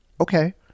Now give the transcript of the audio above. Okay